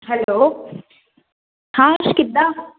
hello ਹਾਂ ਅਰਸ਼ ਕਿੱਦਾਂ